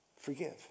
forgive